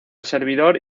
servidor